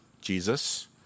Jesus